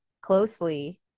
closely